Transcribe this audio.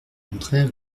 contraire